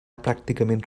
pràcticament